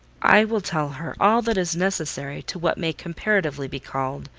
i will tell her all that is necessary to what may comparatively be called,